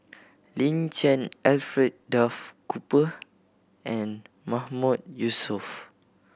Lin Chen Alfred Duff Cooper and Mahmood Yusof